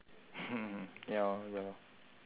ya ya